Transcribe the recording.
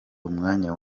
umwanya